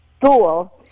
school